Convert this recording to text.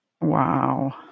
Wow